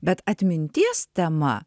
bet atminties tema